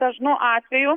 dažnu atveju